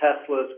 Tesla's